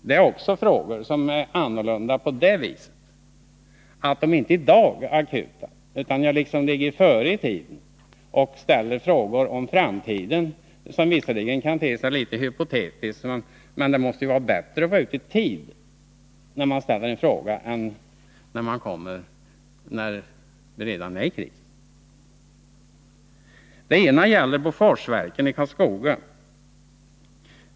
Det är frågor som är annorlunda på det viset att de inte är akuta i dag. Jag ligger liksom före i tiden och ställer frågor om framtiden som kan te sig litet hypotetiska — men det måste ju vara bättre att vara ute i tid när man ställer en fråga än att komma när det redan är kris. Den ena frågan gäller Boforsverken i Karlskoga.